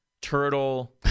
turtle